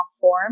form